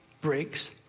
breaks